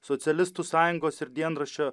socialistų sąjungos ir dienraščio